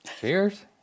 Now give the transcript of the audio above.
Cheers